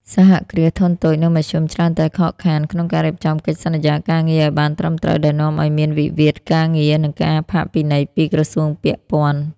សហគ្រាសធុនតូច និងមធ្យម ច្រើនតែខកខានក្នុងការរៀបចំកិច្ចសន្យាការងារឱ្យបានត្រឹមត្រូវ ដែលនាំឱ្យមានវិវាទការងារ និងការផាកពិន័យពីក្រសួងពាក់ព័ន្ធ។